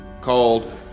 called